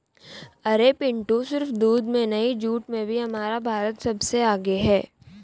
अरे पिंटू सिर्फ दूध में नहीं जूट में भी हमारा भारत सबसे आगे हैं